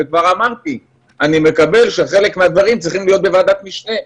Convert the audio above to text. אני מסכים שחלק מהדברים צריכים להיות בוועדת משנה,